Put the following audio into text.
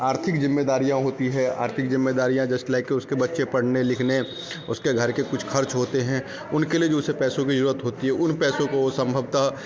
आर्थिक जिम्मेदारियाँ होती है आर्थिक जिम्मेदारियाँ जस्ट लाइक उसके बच्चे पढ़ने लिखने उसके घर के कुछ खर्च होते हैं उनके लिए जो उसे पैसों की ज़रूरत होती है उन पैसों को सम्भवतः